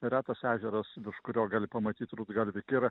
retas ežeras virš kurio gali pamatyt rudgalvį kirą